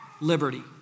liberty